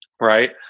right